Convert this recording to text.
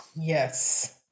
Yes